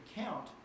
count